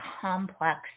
complex